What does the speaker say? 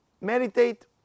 meditate